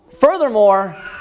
Furthermore